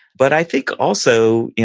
but i think, also,